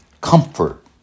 Comfort